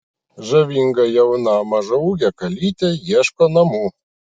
žavinga jauna mažaūgė kalytė ieško namų